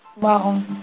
Wow